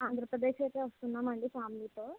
ఆంధ్రప్రదేశ్ అయితే వస్తున్నాము అండి ఫ్యామిలీతో